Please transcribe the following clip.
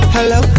Hello